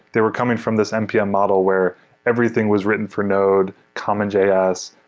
they were coming from this npm model where everything was written for node, common js.